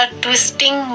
twisting